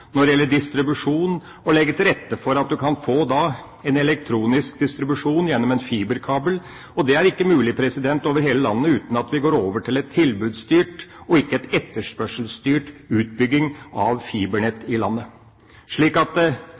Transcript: når det gjelder distribusjon: å legge til rette for at en kan få elektronisk distribusjon gjennom fiberkabel. Dette er ikke mulig over hele landet uten at vi går over til en tilbudsstyrt og ikke en etterspørselsstyrt utbygging av fibernett i landet.